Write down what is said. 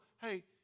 hey